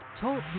Talk